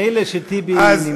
מילא שטיבי נמצא,